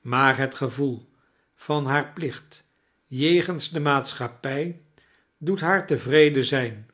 maar het gevoel van haar plicht jegens de maatschappij doet haar tevreden zijn